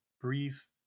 brief